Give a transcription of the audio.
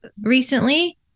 recently